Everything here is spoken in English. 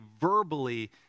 verbally